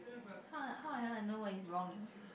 !huh! how the hell I know what is wrong eh